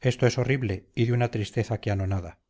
esto es horrible y de una tristeza que anonada